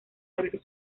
abrir